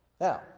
Now